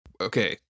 okay